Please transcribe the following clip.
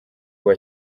rwa